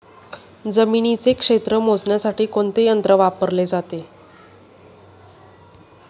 जमिनीचे क्षेत्र मोजण्यासाठी कोणते यंत्र वापरले जाते?